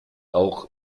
auch